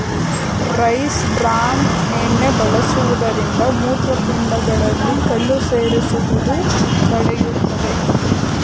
rice bran ಎಣ್ಣೆ ಬಳಸುವುದರಿಂದ ಮೂತ್ರಪಿಂಡಗಳಲ್ಲಿ ಕಲ್ಲು ಸೇರುವುದನ್ನು ತಡೆಯುತ್ತದೆ